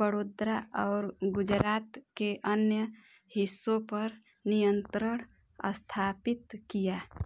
बड़ोदरा और गुजरात के अन्य हिस्सों पर नियंत्रण स्थापित किया